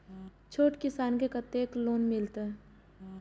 छोट किसान के कतेक लोन मिलते?